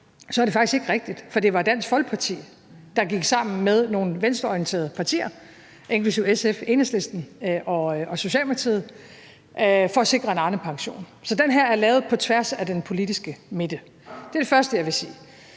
så er det faktisk ikke rigtigt, for det var Dansk Folkeparti, der gik sammen med nogle venstreorienterede partier, inklusive SF, Enhedslisten og Socialdemokratiet, for at sikre en Arnepension. Så den her er lavet på tværs af den politiske midte. Det er det første, jeg vil sige.